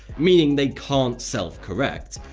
meaning they can't self-correct.